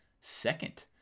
second